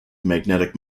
magnetic